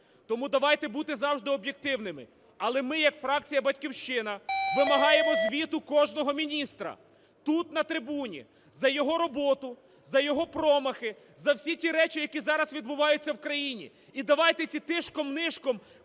Тому давайте бути завжди об'єктивними. Але ми як фракція "Батьківщина" вимагаємо звіту кожного міністра тут, на трибуні, за його роботу, за його промахи, за всі ті речі, які зараз відбуваються в країні. І давайте цих тишком-нишком